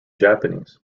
japanese